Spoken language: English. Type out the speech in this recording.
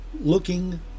looking